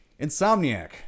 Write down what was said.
Insomniac